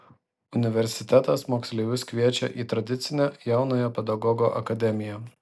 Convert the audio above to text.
universitetas moksleivius kviečia į tradicinę jaunojo pedagogo akademiją